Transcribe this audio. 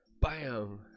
bam